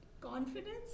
Confidence